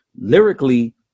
lyrically